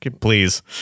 Please